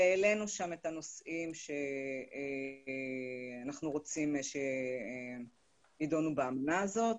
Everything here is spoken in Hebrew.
והעלינו שם את הנושאים שאנחנו רוצים שידונו באמנה הזאת.